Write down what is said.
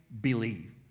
believe